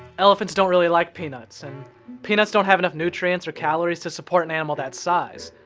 elephants don't really like peanuts, and peanuts don't have enough nutrients or calories to support an animal that size.